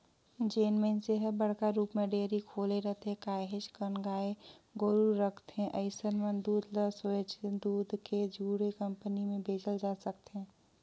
जेन मइनसे हर बड़का रुप म डेयरी खोले रिथे, काहेच कन गाय गोरु रखथे अइसन मन दूद ल सोयझ दूद ले जुड़े कंपनी में बेचल जाय सकथे